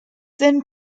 then